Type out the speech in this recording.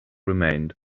remained